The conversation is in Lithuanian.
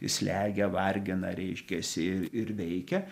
slegia vargina reiškiasi ir ir veikia